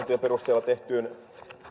perusteella tehtyyn